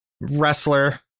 Wrestler